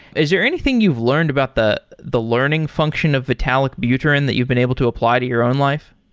is there anything you've learned about the the learning function of vitalik buterin that you've been able to apply to your own life?